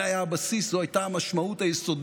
זה היה הבסיס, זו הייתה המשמעות היסודית